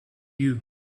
you